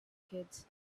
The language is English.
kids